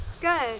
good